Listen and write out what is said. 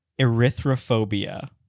erythrophobia